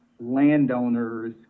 landowners